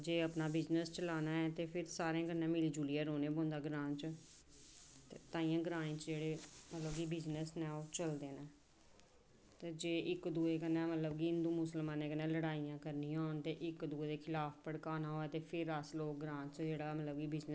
जे अपना बिज़नेस चलाना ऐ ते फिर सारें जनें मिली जुलियै रौह्ना पौंदा ग्रांऽ च ते तां गै ग्रांऽ च जेह्ड़े मतलब की बिज़नेस न ओह् चलदे न जे इक्क दूऐ कन्नै मतलब कि मुसलमानें कन्नै लड़ाइयां करनियां होन ते इक्क दूऐ दे खलाफ भड़काना होऐ ते फिर अस लोग मतलब ग्रांऽ च जेह्ड़ा बिज